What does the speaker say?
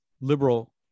liberal